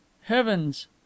Heavens